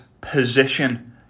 position